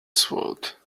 sword